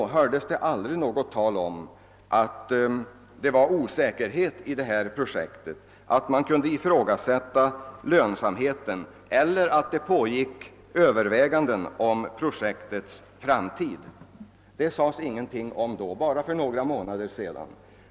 Då hördes det aldrig något tal om att projektet var osäkert: att man kunde ifrågasätta lönsamheten eller att det pågick överväganden om projektets framtid. Det sades ingenting därom — bara för tre månader sedan.